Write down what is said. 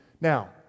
Now